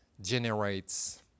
generates